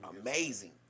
amazing